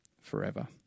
forever